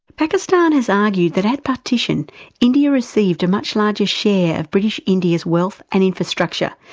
pakistan has argued that at partition india received a much larger share of british india's wealth and infrastructure,